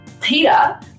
peter